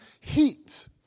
heat